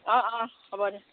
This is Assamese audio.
অঁ অঁ হ'ব দে